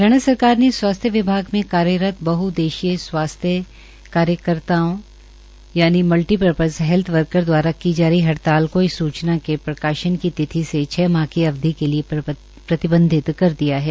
हरियाणा सरकार ने स्वास्थ्य विभाग में कार्यरत बहउद्देशीय स्वास्थ्य कार्यकर्ताओं यानि मल्टीपर्पज हेल्थ केयर द्वारा की जा रही हड़ताल को इस सूचना के प्रकाशन की तिथि से छ माह की अवधि के लिए प्रतिबंधित कर दिया है